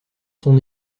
son